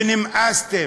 ונמאסתם.